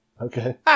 Okay